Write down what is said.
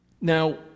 Now